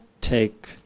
take